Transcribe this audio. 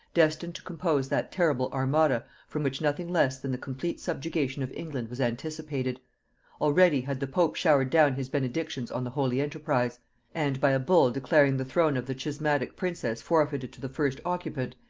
destined to compose that terrible armada from which nothing less than the complete subjugation of england was anticipated already had the pope showered down his benedictions on the holy enterprise and, by a bull declaring the throne of the schismatic princess forfeited to the first occupant,